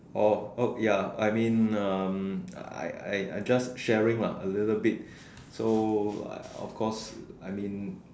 oh oh ya I mean um I I I just sharing lah a little bit so of course I mean